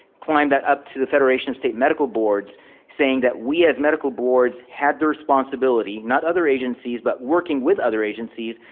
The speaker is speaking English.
climbed that up to the federation state medical boards saying that we as medical boards had the responsibility not other agencies, but working with other agencies,